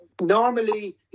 normally